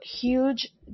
huge